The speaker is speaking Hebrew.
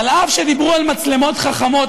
אף שדיברו על מצלמות חכמות,